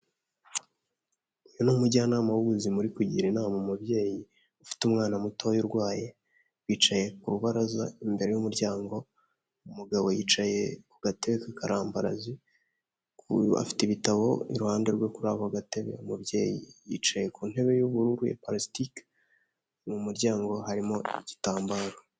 Uyu ni umujyanama w'ubuzima uri kugira inama umubyeyi, ufite umwana mutoya urwaye, bicaye ku rubaraza imbere y'umuryango, umugabo yicaye ku gatebe k'akarambarazi, afite ibitabo iruhande rwe kuri ako gatebe, umubyeyi yicaye ku ntebe y'ubururu ya palasitike, mu muryango harimo igitambaro.